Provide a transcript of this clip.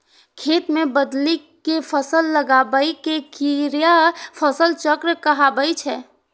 खेत मे बदलि कें फसल लगाबै के क्रिया फसल चक्र कहाबै छै